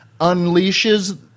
unleashes